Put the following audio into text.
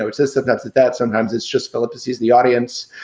know, it's this stuff. that's it. that sometimes it's just philip sees the audience.